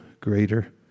greater